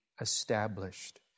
established